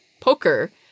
poker